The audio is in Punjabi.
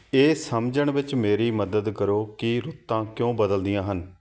ਇਹ ਸਮਝਣ ਵਿੱਚ ਮੇਰੀ ਮਦਦ ਕਰੋ ਕਿ ਰੁੱਤਾਂ ਕਿਉਂ ਬਦਲਦੀਆਂ ਹਨ